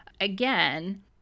again